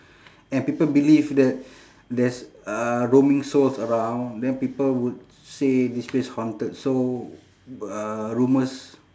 and people believe that there's uh roaming souls around then people would say this place haunted so uh rumours